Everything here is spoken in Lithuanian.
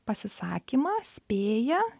pasisakymą spėja